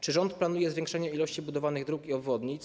Czy rząd planuje zwiększenie ilości budowanych dróg i obwodnic?